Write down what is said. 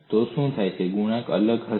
તો શું થશે ગુણાંક અલગ હશે